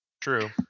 True